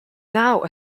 now